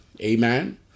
amen